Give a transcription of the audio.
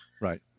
Right